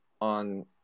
on